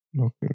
okay